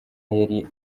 yari